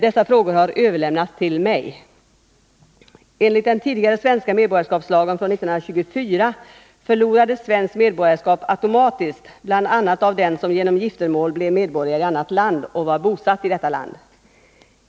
Dessa frågor har överlämnats till mig. Enligt den tidigare svenska medborgarskapslagen från 1924 förlorades svenskt medborgarskap automatiskt bl.a. av den som genom giftermål blev medborgare i annat land och var bosatt i detta land.